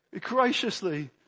graciously